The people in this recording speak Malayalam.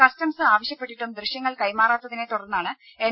കസ്റ്റംസ് ആവശ്യപ്പട്ടിട്ടും ദൃശ്യങ്ങൾ കൈമാറാത്തതിനെത്തുടർന്നാണ് എൻ